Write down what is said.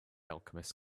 alchemist